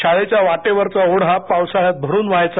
शाळेच्या वाटेवरचा ओढा पावसाळ्यात भरून वाहायचा